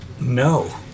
No